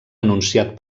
anunciat